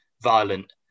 violent